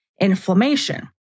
inflammation